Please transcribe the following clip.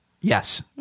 yes